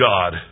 God